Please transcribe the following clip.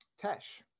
Tesh